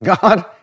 God